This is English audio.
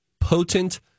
potent